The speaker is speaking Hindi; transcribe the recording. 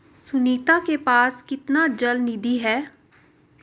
सुनीता के पास कितनी चल निधि है?